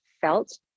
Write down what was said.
felt